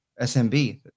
SMB